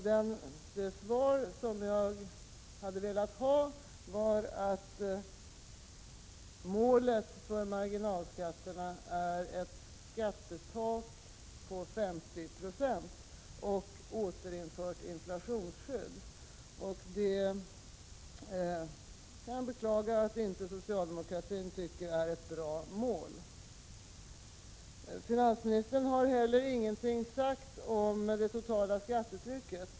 Det svar som jag hade velat få var att målet för marginalskatterna är ett skattetak på 50 96 och ett återinfört inflationsskydd. Jag beklagar att socialdemokratin inte tycker att det är ett bra mål. Finansministern har heller ingenting sagt om det totala skattetrycket.